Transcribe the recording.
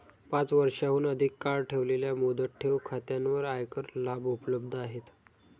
पाच वर्षांहून अधिक काळ ठेवलेल्या मुदत ठेव खात्यांवर आयकर लाभ उपलब्ध आहेत